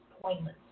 Pointless